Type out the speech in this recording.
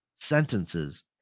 sentences